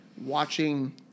watching